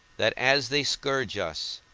that, as they scourge us,